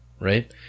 right